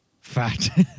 fat